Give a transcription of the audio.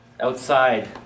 outside